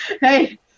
hey